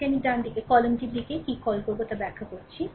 এটি আমি ডানদিকে কলামটির দিকে কী কল করব তা ব্যাখ্যা করেছি